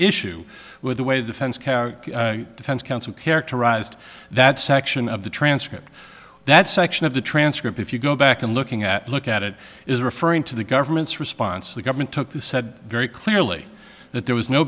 issue with the way the fence defense counsel characterized that section of the transcript that section of the transcript if you go back and looking at look at it is referring to the government's response the government took the said very clearly that there was no